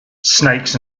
snakes